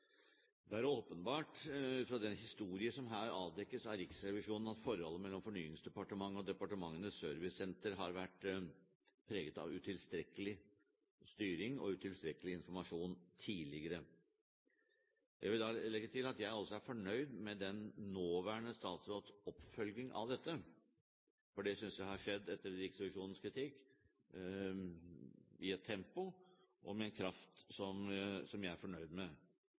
åpenbart ut fra den historie som her avdekkes av Riksrevisjonen, at forholdet mellom Fornyingsdepartementet og Departementenes servicesenter har vært preget av utilstrekkelig styring og utilstrekkelig informasjon tidligere. Jeg vil da legge til at jeg også er fornøyd med den nåværende statsråds oppfølging av dette, for det synes jeg har skjedd etter Riksrevisjonens kritikk, i et tempo og med en kraft som jeg er fornøyd med.